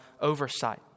oversight